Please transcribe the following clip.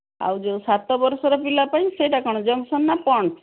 ଆଉ ଯେଉଁ ସାତ ବର୍ଷର ପିଲା ପାଇଁ ସେଇଟା କ'ଣ ଜନ୍ସନ୍ ନା ପଣ୍ଡ୍ସ୍